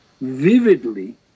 vividly